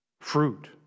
Fruit